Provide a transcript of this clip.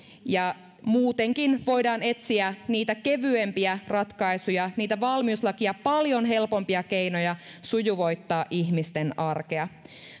ja muutenkin voidaan etsiä niitä kevyempiä ratkaisuja niitä valmiuslakia paljon helpompia keinoja sujuvoittaa ihmisten arkea